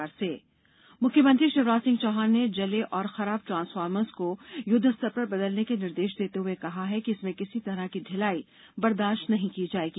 मुख्यमंत्री बैठक मुख्यमंत्री षिवराज सिंह चौहान ने जले और खराब ट्रांसफार्मर युद्धस्तर पर बदलने के निर्देष देते हुए कहा है कि इसमें किसी तरह की ढ़िलाई बर्दाष्त नहीं की जायेगी